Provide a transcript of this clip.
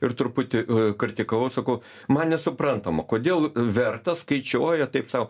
ir truputį kritikavau sakau man nesuprantama kodėl verta skaičiuoja taip sau